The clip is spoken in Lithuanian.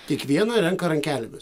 kiekvieną renka rankelėmis